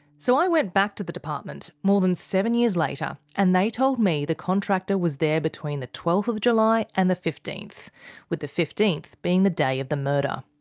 so i went back to the department, more than seven years later, and they told me the contractor was there between the twelfth july and the fifteenth with the fifteenth being the day of the murder.